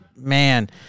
Man